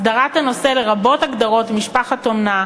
הסדרת הנושא, לרבות הגדרות משפחת אומנה,